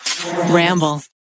Ramble